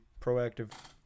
proactive